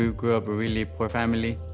grew grew up a really poor family.